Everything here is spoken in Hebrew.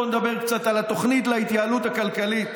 בואו נדבר קצת על התוכנית להתייעלות הכלכלית,